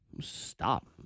Stop